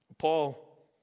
Paul